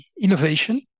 innovation